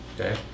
Okay